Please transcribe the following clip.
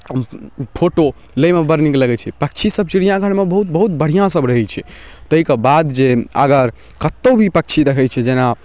photo लैमे बड़ नीक लगै छै पक्षीसब चिड़िआँघरमे बहुत बहुत बढ़िआँसब रहै छै ताहिके बाद जे अगर कतहु भी पक्षी देखै छी जेना